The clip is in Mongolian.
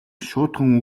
шуудхан